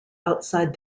outside